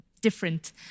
different